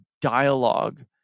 dialogue